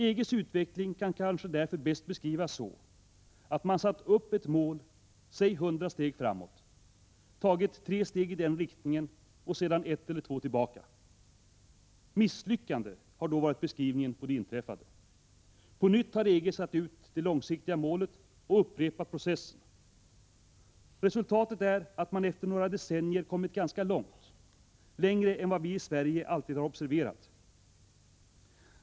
EG:s utveckling kan därför bäst beskrivas så, att man satt upp ett mål, säg 100 steg framåt, tagit tre steg i den riktningen och sedan ett eller två tillbaka. ”Misslyckande” har då varit beskrivningen på det inträffade. På nytt har EG satt upp det långsiktiga målet och upprepat processen. Resultatet är, att man efter några decennier kommit ganska långt — längre än vad vi i Sverige alltid har observerat.